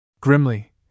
Grimly